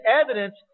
evidence